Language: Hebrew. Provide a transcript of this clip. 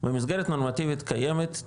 במסגרת נורמטיבית קיימת,